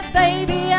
baby